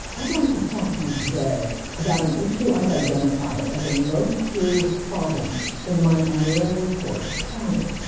i'd like to talk to you today about an issue i've identified as a most serious problem in my annual report to congress,